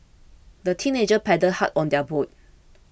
the teenagers paddled hard on their boat